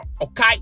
okay